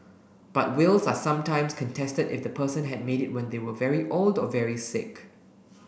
but wills are sometimes contested if the person had made it when they were very old or very sick